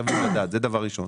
זה דבר ראשון.